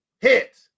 Hit